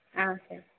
ஆ சரி